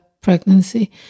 pregnancy